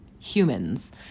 humans